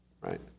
Right